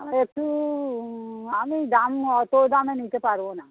একটু আমি দাম অত দামে নিতে পারবো না